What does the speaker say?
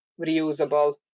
reusable